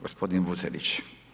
Gospodin Vucelić.